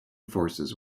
forces